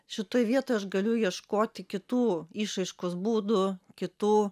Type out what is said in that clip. šitoj vietoj aš galiu ieškoti kitų išraiškos būdu kitų